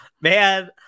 man